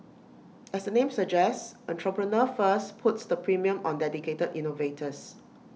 as the name suggests Entrepreneur First puts the premium on dedicated innovators